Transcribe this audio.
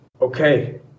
Okay